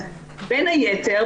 בין היתר,